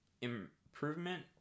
improvement